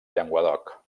llenguadoc